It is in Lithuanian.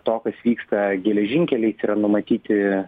to kas vyksta geležinkeliais yra numatyti